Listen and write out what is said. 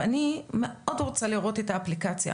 אני מאוד רוצה לראות את האפליקציה,